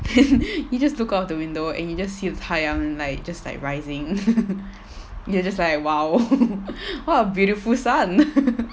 you just look out the window and you just see the 太阳 like just like rising you're just like !wow! what a beautiful sun